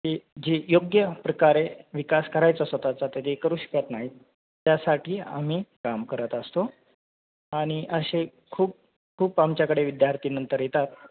ते जे योग्य प्रकारे विकास करायचा स्वताःचा ते ते करू शकत नाही त्यासाठी आम्ही काम करत असतो आणि असे खूप खूप आमच्याकडे विद्यार्थी नंतर येतात